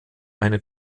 eine